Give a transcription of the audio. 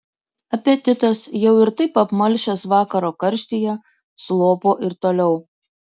apetitas jau ir taip apmalšęs vakaro karštyje slopo ir toliau